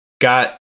got